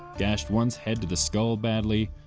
gashed one's head to the skull badly,